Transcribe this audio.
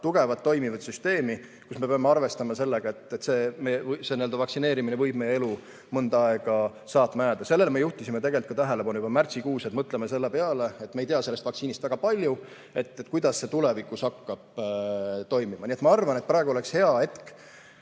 tugevat, toimivat süsteemi, kus me peame arvestama sellega, et see vaktsineerimine võib meie elu mõnda aega saatma jääda. Sellele me juhtisime tähelepanu juba märtsikuus, et mõtleme selle peale, et me ei tea sellest vaktsiinist väga palju, kuidas see [süsteem] tulevikus hakkab toimima. Nii et ma arvan, et praegu oleks hea hetk